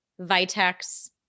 vitex